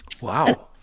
Wow